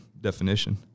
definition